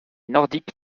nordiques